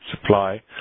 supply